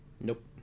nope